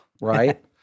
right